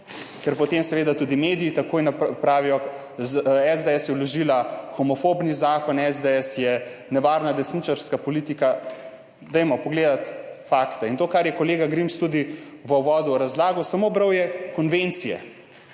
ker potem seveda tudi mediji takoj pravijo, SDS je vložila homofobni zakon, SDS je nevarna desničarska politika, poglejmo fakte. In to, kar je kolega Grims tudi v uvodu razlagal, samo bral je konvencije.